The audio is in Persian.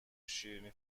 شیرینی